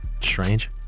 Strange